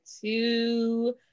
two